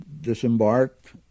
disembarked